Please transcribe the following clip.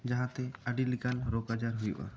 ᱡᱟᱦᱟᱸ ᱛᱤ ᱟᱹᱰᱤ ᱞᱮᱠᱟᱱ ᱨᱚᱜᱽ ᱟᱡᱟᱨ ᱠᱚ ᱦᱩᱭᱩᱜ ᱟ